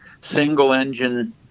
single-engine